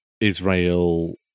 Israel